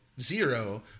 Zero